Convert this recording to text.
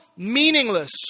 Meaningless